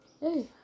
hey